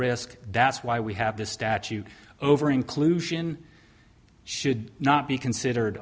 risk that's why we have the statute over inclusion should not be considered